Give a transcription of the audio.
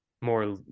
more